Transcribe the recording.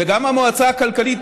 וגם המועצה הכלכלית